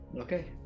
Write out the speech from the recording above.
Okay